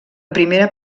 primera